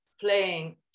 playing